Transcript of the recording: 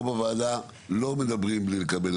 פה בוועדה לא מדברים בלי לקבל